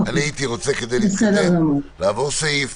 אני רוצה להתקדם לפי הסדר לקרוא סעיף,